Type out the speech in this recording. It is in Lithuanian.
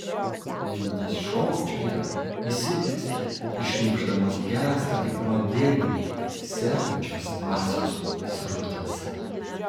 mintys šokčioja įsiplieskia ir šnypšdamos gęsta kaip nuodėguliai sergančios dvasios srutose